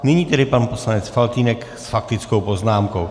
Nyní tedy pan poslanec Faltýnek s faktickou poznámkou.